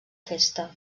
festa